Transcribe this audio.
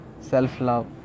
Self-love